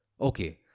Okay